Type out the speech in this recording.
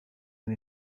and